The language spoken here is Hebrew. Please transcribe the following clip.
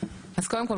אז קודם כל,